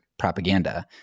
propaganda